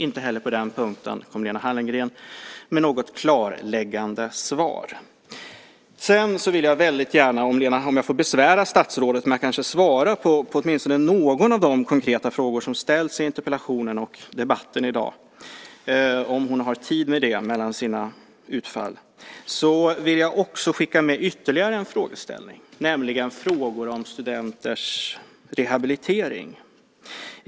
Inte heller på den punkten kom Lena Hallengren med något klarläggande svar. Får jag besvära statsrådet att svara på åtminstone någon av de konkreta frågor som ställs i interpellationen och i debatten i dag, om hon har tid med det mellan sina utfall? Jag vill skicka med ytterligare en fråga, nämligen den om studenters rehabilitering.